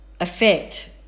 effect